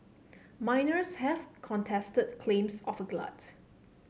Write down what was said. miners have contested claims of a glut